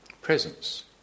presence